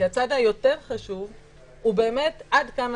כי הצד היותר חשוב הוא באמת עד כמה